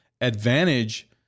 advantage